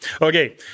Okay